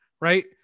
right